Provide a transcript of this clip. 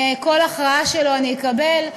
כל הכרעה שלו אני אקבל,